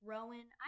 Rowan